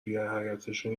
حیاطشون